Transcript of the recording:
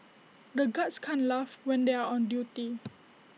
the guards can't laugh when they are on duty